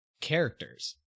characters